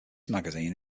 magazine